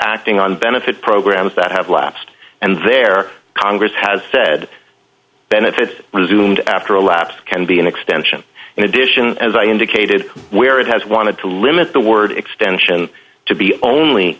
acting on benefit programs that have lapsed and their congress has said benefits resumed after a lapse can be an extension in addition as i indicated where it has wanted to limit the word extension to be only